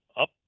up